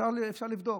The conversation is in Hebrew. אפשר לבדוק,